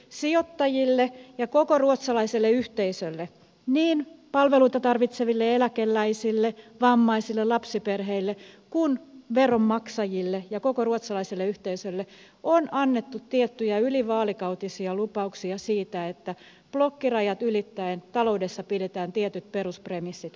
sijoittajille ja koko ruotsalaiselle yhteisölle niin palveluita tarvitseville eläkeläisille vammaisille lapsiperheille kuin veronmaksajille ja koko ruotsalaiselle yhteisölle on annettu tiettyjä ylivaalikautisia lupauksia siitä että blokkirajat ylittäen taloudessa pidetään tietyt peruspremissit kunnossa